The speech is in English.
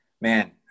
man